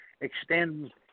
extend